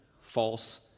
false